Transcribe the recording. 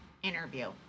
interview